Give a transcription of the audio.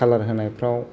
खालार होनायफ्राव